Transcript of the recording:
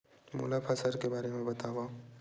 मोला फसल के बारे म बतावव?